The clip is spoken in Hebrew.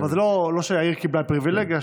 זה לא שהעיר קיבלה פריבילגיה.